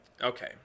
Okay